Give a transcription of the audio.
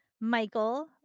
Michael